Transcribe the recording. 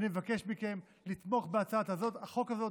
אני מבקש מכם לתמוך בהצעת החוק הזאת,